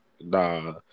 nah